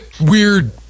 weird